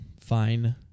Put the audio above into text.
fine